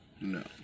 No